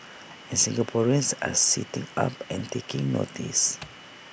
and Singaporeans are sitting up and taking notice